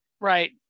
Right